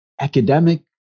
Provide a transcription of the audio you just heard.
academic